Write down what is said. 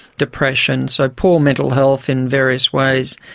depression, so poor mental health in various ways,